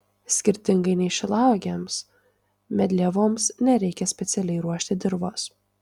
skirtingai nei šilauogėms medlievoms nereikia specialiai ruošti dirvos